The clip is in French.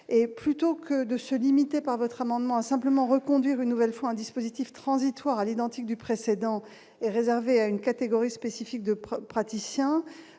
et plutôt que de se limiter part votre amendement a simplement reconduire une nouvelle fois un dispositif transitoire à l'identique du précédent et réservé à une catégorie spécifique de preuves